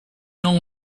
non